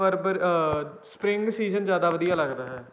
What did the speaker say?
fervour spring season ਜ਼ਿਆਦਾ ਵਧੀਆ ਲੱਗਦਾ ਹੈ